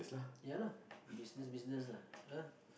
ya lah business business ah